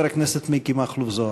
חבר הכנסת מכלוף מיקי זוהר.